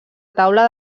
taula